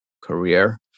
career